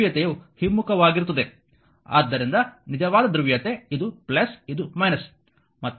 ಆದ್ದರಿಂದ ನಿಜವಾದ ಧ್ರುವೀಯತೆ ಇದು ಇದು